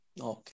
Okay